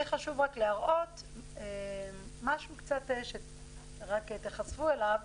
לי חשוב רק להראות משהו שקצת תיחשפו אליו,